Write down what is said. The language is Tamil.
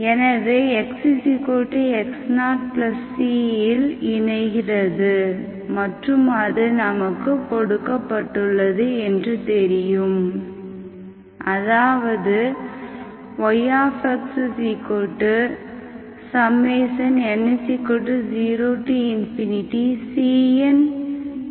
எனவேx x0c இல் இணைகிறது மற்றும் அது நமக்குத் கொடுக்கப்பட்டுள்ளது என்று தெரியும் அதாவது yxn 0cncn∞